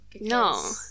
No